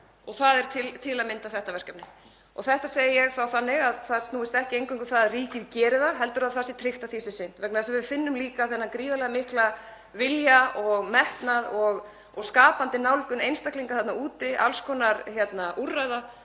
Það er til að mynda þetta verkefni. Og þetta segi ég þá þannig að það snúist ekki eingöngu um að ríkið geri það heldur að tryggt sé að því sé sinnt, vegna þess að við finnum líka þennan gríðarlega mikla vilja og metnað og skapandi nálgun einstaklinga þarna úti, alls konar úrræði